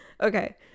Okay